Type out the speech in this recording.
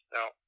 Now